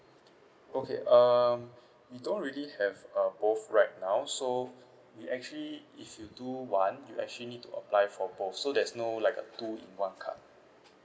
okay um we don't really have uh both right now so we actually if you do want you actually need to apply for both so there's no like a two in one card